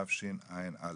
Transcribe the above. התשע"א.